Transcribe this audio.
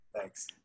Thanks